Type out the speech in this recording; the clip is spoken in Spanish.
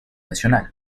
nacional